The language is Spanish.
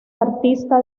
artista